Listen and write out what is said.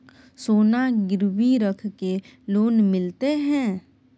सोना गिरवी रख के लोन मिलते है?